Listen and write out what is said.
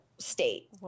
state